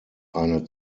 eine